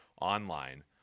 online